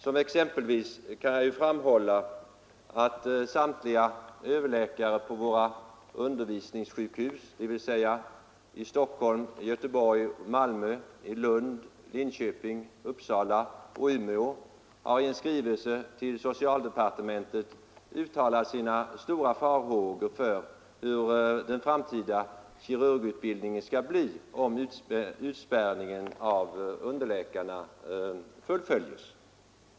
Som exempel kan jag framhålla att samtliga kirurgöverläkare på våra undervisningssjukhus, dvs. i Stockholm, Göteborg, Malmö, Lund, Linköping, Uppsala och Umeå, i en skrivelse till socialdepartementet har uttalat sina stora farhågor för hur den framtida kirurgutbildningen skall bli, om utspärrningen av underläkarna fullföljes.